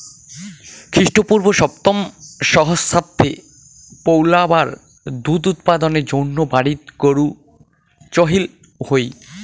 খ্রীষ্টপূর্ব সপ্তম সহস্রাব্দে পৈলাবার দুধ উৎপাদনের জইন্যে বাড়িত গরু চইল হই